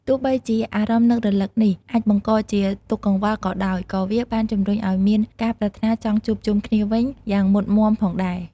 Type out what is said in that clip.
ទោះបីជាអារម្មណ៍នឹករលឹកនេះ អាចបង្កជាទុក្ខកង្វល់ក៏ដោយ ក៏វាបានជំរុញឲ្យមាន ការប្រាថ្នាចង់ជួបជុំគ្នាវិញ យ៉ាងមុតមាំផងដែរ។